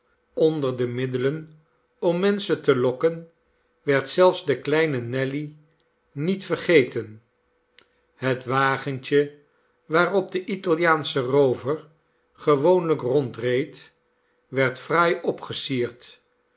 onder de middelen om menschen te lokken werd zelfs de kleine nelly niet vergeten het wagentje waarop de italiaansche roover gewoonlijk rondreed werd fraai opgesierd